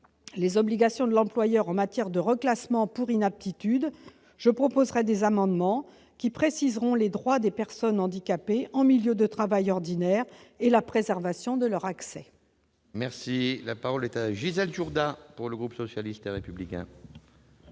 les obligations de l'employeur en matière de reclassement pour inaptitude, je proposerai des amendements visant à préciser les droits des personnes handicapées en milieu de travail ordinaire et la préservation de leur accès. La parole est à Mme Gisèle Jourda, sur l'article. Madame